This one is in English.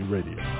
Radio